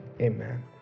Amen